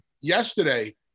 yesterday